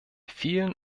vielen